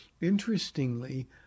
Interestingly